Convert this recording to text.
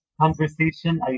conversation